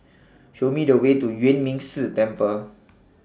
Show Me The Way to Yuan Ming Si Temple